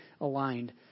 aligned